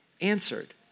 answered